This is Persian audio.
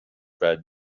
باید